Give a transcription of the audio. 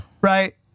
Right